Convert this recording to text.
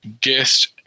guest